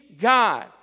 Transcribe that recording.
God